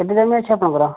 କେତେ ଜମି ଅଛି ଆପଣଙ୍କର